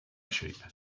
sheep